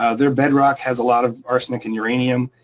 ah their bedrock has a lot of arsenic and uranium,